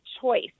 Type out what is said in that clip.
choice